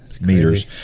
meters